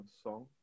song